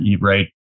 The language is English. right